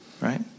right